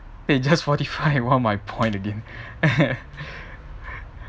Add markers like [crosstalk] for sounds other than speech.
then you just fortify one of my point again [laughs]